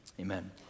Amen